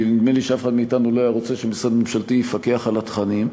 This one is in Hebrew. כי נדמה לי שאף אחד מאתנו לא היה רוצה שמשרד ממשלתי יפקח על התכנים.